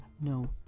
no